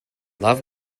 love